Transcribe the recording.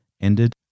ended